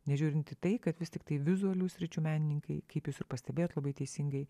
nežiūrint į tai kad vis tiktai vizualių sričių menininkai kaip jūs ir pastebėjot labai teisingai